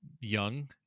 young